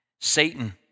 Satan